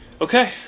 Okay